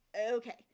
Okay